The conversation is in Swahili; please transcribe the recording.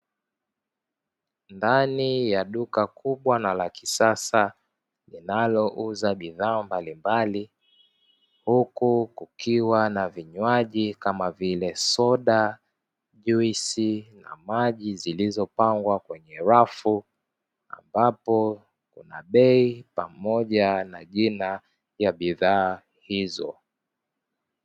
Ndani ya duka kubwa na lakisasa linalouza bidhaa mbalimbali huku kukiwa na vinywaji kama vile soda, juisi na maji zilizopangwa kwenye rafu ambapo kuna bei pamoja na jina la bidhaa hizo.